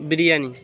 biryani